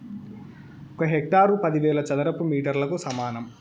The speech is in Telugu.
ఒక హెక్టారు పదివేల చదరపు మీటర్లకు సమానం